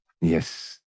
yes